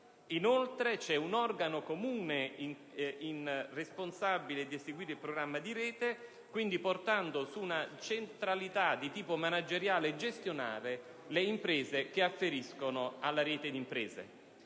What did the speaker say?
inoltre, un organo comune incaricato di eseguire il programma di rete, portando su una centralità di tipo manageriale e gestionale le imprese che afferiscono alla rete di imprese.